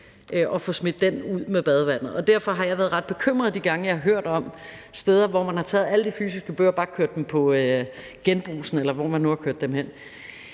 få den smidt ud med badevandet. Og jeg er blevet ret bekymret de gange, når jeg har hørt om steder, hvor man har taget alle de fysiske bøger og bare kørt dem på genbrugspladsen, eller hvor man nu har kørt dem hen,